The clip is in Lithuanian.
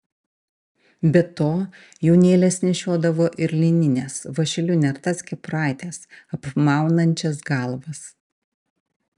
be to jaunėlės nešiodavo ir linines vąšeliu nertas kepuraites apmaunančias galvas